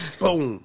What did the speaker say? boom